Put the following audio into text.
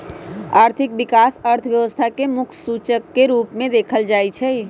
आर्थिक विकास अर्थव्यवस्था के मुख्य सूचक के रूप में देखल जाइ छइ